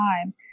time